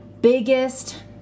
biggest